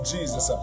Jesus